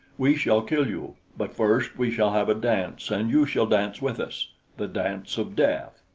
we shall kill you but first we shall have a dance and you shall dance with us the dance of death.